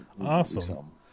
awesome